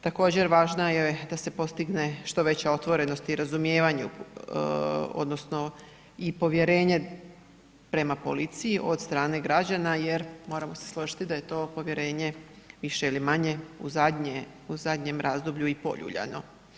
Također, važno je da se postigne što veća otvorenost i razumijevanje odnosno i povjerenje prema policiji od strane građana jer moramo se složiti da je to povjerenje više ili manje u zadnjem razdoblju i poljuljano.